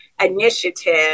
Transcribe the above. initiative